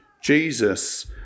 Jesus